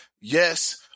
yes